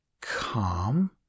calm